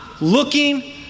Looking